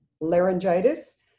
laryngitis